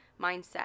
mindset